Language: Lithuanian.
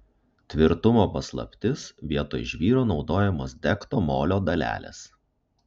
tvirtumo paslaptis vietoj žvyro naudojamos degto molio dalelės